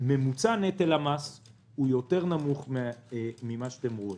ממוצע נטל המס הוא נמוך יותר ממה שאתם רואים.